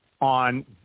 on